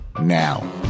now